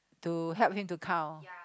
to help him to count